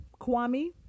Kwame